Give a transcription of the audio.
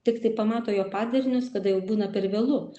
tiktai pamato jo padarinius kada jau būna per vėlu